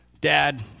Dad